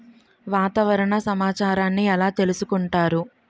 వాతావరణ సమాచారాన్ని ఎలా తెలుసుకుంటారు?